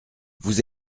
vous